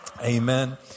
Amen